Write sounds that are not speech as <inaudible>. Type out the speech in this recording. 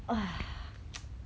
<breath> <noise>